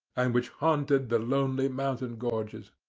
and which haunted the lonely mountain gorges.